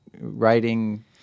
writing